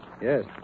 Yes